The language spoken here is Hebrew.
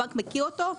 הבנק מכיר אותו,